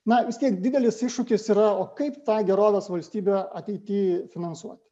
na vis tiek didelis iššūkis yra o kaip tą gerovės valstybę ateity finansuoti